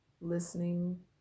listening